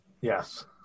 Yes